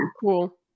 Cool